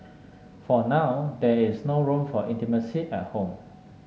for now there is no room for intimacy at home